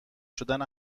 شدن